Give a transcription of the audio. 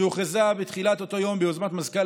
שהוכרזה בתחילת אותו יום ביוזמת מזכ"ל